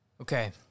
Okay